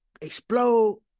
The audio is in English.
explode